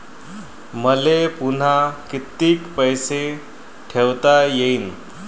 मले पुन्हा कितीक पैसे ठेवता येईन?